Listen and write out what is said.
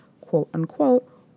quote-unquote